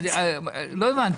לא הבנתי.